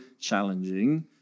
challenging